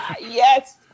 Yes